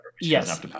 Yes